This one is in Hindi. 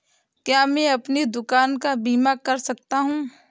क्या मैं अपनी दुकान का बीमा कर सकता हूँ?